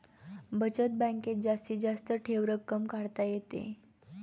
बचत बँकेत जास्तीत जास्त ठेव रक्कम काढता येते